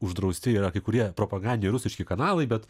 uždrausti yra kai kurie propagandiniai rusiški kanalai bet